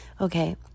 okay